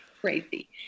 crazy